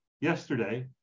yesterday